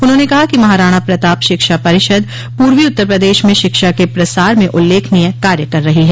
उन्होंने कहा कि महाराणा प्रताप शिक्षा परिषद पूर्वी उत्तर प्रदश में शिक्षा के प्रसार में उल्लेखनीय कार्य कर रही है